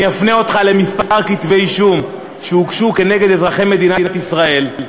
אני אפנה אותם לכמה כתבי אישום שהוגשו כנגד אזרחי מדינת ישראל,